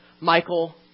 Michael